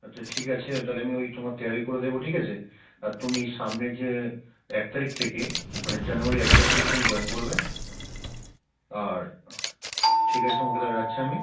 আচ্ছা ঠিক আছে তাহলে আমি ওই তোমার তেরোই করে দেবো ঠিক আছে আর তুমি সামনের যে এক তারিখ থেকে মানে জানুয়ারির এক তারিখ থেকে তুমি জয়েন করবে আর ঠিক আছে তোমাকে তাহলে রাখছি আমি